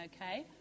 Okay